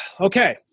Okay